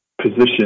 position